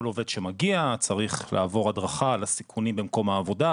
כל עובד שמגיע צריך לעבור הדרכה על הסיכונים במקום העבודה,